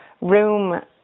Room